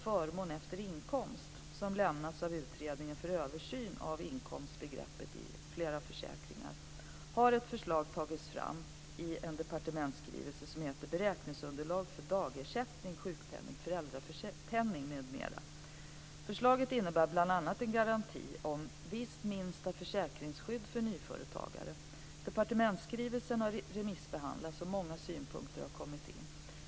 Förmån efter inkomst, som lämnats av Utredningen för översyn av inkomstbegreppet inom flera försäkringar, har ett förslag tagits fram i departementsskrivelsen Beräkningsunderlag för dagersättning - Förslaget innebär bl.a. en garanti om visst minsta försäkringsskydd för nyföretagare. Departementsskrivelsen har remissbehandlats och många synpunkter har kommit in.